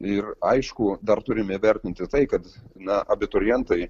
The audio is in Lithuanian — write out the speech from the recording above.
ir aišku dar turim įvertinti tai kad na abiturientai